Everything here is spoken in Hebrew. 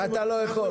אתה לא יכול.